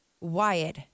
Wyatt